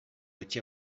etxe